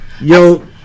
yo